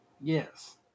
Yes